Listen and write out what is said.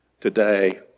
today